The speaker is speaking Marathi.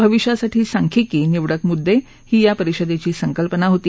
भविष्यासाठी सांख्यिकी निवडक मुद्दे ही या परिषदेची संकल्पना होती